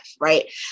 right